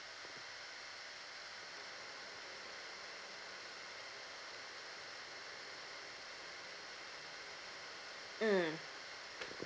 mm